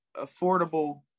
affordable